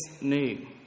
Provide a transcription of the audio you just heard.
new